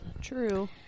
true